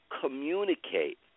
communicate